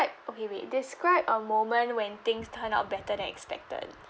okay wait describe a moment when things turn out better than expected